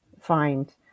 find